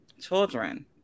children